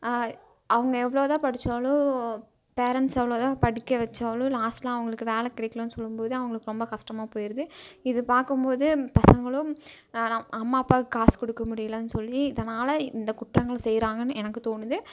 அவங்க எவ்வளோ தான் படித்தாலும் பேரண்ட்ஸ் எவ்வளோ தான் படிக்க வச்சாலும் லாஸ்டில் அவங்களுக்கு வேலை கிடைக்கலனு சொல்லும் போது இவங்களுக்கு ரொம்ப கஷ்டமாக போயிடுது இதை பார்க்கம் போது பசங்களும் நான் அம்மா அப்பாவுக்கு காசு கொடுக்க முடியலனு சொல்லி இதனால் இந்த குற்றங்கள் செய்கிறாங்கனு எனக்கு தோணுது